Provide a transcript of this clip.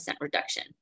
reduction